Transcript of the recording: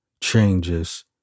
changes